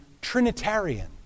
Trinitarian